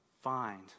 find